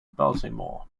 baltimore